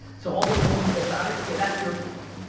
so all the millions that died, yeah that's your fault.